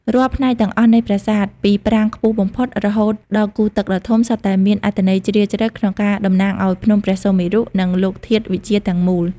រាល់ផ្នែកទាំងអស់នៃប្រាសាទ ពីប្រាង្គខ្ពស់បំផុត រហូតដល់គូរទឹកដ៏ធំ សុទ្ធតែមានអត្ថន័យជ្រាលជ្រៅក្នុងការតំណាងឱ្យភ្នំព្រះសុមេរុ និងលោកធាតុវិទ្យាទាំងមូល។